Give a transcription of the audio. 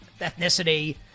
ethnicity